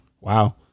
Wow